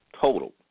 total